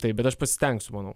taip bet aš pasistengsiu manau